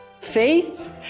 faith